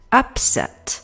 upset